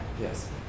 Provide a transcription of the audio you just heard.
Yes